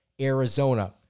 Arizona